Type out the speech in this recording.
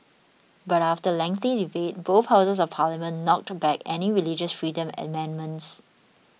but after lengthy debate both houses of parliament knocked back any religious freedom amendments